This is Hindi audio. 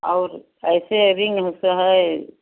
और ऐसे रिंग का है